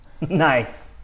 Nice